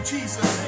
Jesus